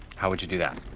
how would you do that?